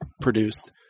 produced